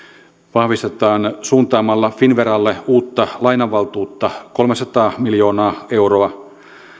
vahvistetaan suuntaamalla finnveralle uutta lainavaltuutta kolmesataa miljoonaa euroa